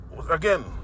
Again